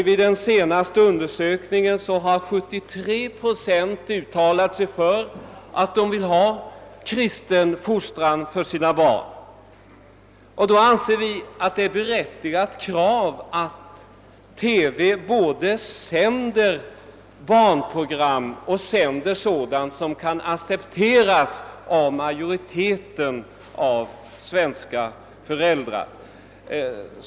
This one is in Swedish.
Vid den senaste undersökningen uttalade sig 73 procent för att de vill ha kristen fostran för sina barn. Då anser vi att det är ett berättigat krav att TV sänder barnprogram som kan accepteras av majoriteten av svenska föräldrar.